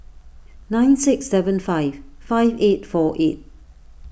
nine six seven five five eight four eight